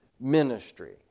ministry